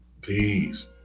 peace